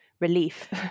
relief